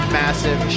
massive